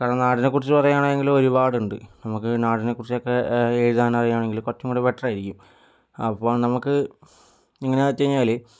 കാരണം നാടിനെക്കുറിച്ച് പറയുകയാണെങ്കിൽ ഒരുപാടുണ്ട് നമുക്ക് നാടിനെ കുറിച്ച് ഒക്കെ എഴുതാൻ അറിയാമെങ്കിൽ കുറച്ചുകൂടി ബെറ്റർ ആയിരിക്കും അപ്പോൾ നമുക്ക് എങ്ങനെയാണെന്ന് വച്ചു കഴിഞ്ഞാൽ